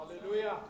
Hallelujah